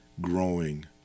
growing